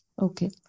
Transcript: Okay